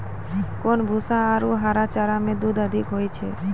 कोन भूसा आरु हरा चारा मे दूध अधिक होय छै?